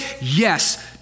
Yes